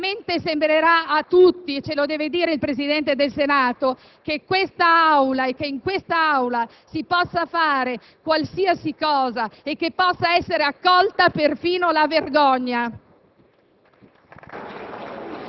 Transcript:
diversamente, sembrerà a tutti - ce lo deve dire il Presidente del Senato - che in quest'Aula si possa fare qualsiasi cosa e che possa essere accolta perfino la vergogna.